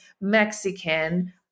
Mexican